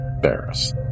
Barris